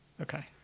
Okay